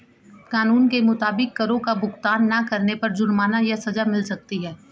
कानून के मुताबिक, करो का भुगतान ना करने पर जुर्माना या सज़ा मिल सकती है